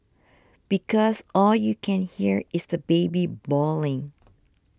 because all you can hear is the baby bawling